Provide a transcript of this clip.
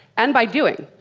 and by doing.